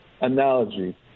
analogy